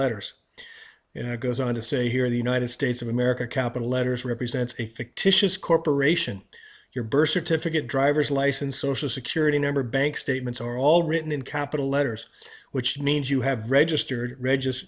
letters in goes on to say here in the united states of america capital letters represent a fictitious corporation your birth certificate driver's license social security number bank statements are all written in capital letters which means you have registered register